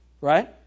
Right